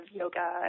yoga